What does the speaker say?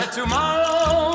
tomorrow